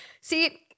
See